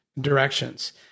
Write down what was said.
directions